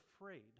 afraid